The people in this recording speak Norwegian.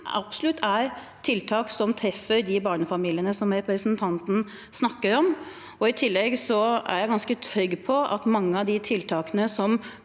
bostøtten er tiltak som treffer de barnefamiliene som representanten snakker om. I tillegg er jeg ganske trygg på at mange av de tiltakene som